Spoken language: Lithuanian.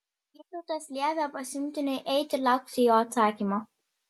vytautas liepė pasiuntiniui eiti ir laukti jo atsakymo